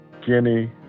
Guinea